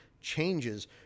changes